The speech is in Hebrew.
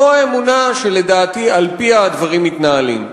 זו האמונה שלדעתי על-פיה הדברים מתנהלים.